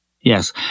Yes